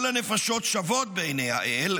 כל הנפשות שוות בעיני האל,